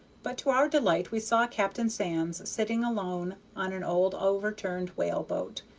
but to our delight we saw captain sands sitting alone on an old overturned whaleboat,